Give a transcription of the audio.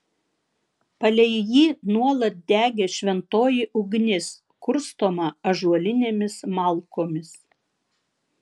palei jį nuolat degė šventoji ugnis kurstoma ąžuolinėmis malkomis